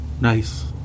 nice